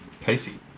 Casey